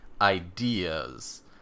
ideas